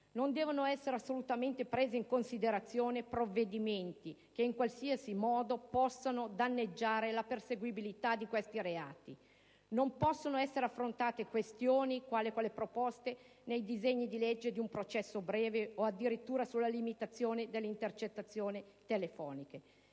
Non devono essere presi assolutamente in considerazione provvedimenti che in qualsiasi modo possono danneggiare la perseguibilità di questi reati. Non possono essere affrontate questioni quali quelle proposte nei disegni di legge sul processo breve o addirittura sulla limitazione delle intercettazioni telefoniche,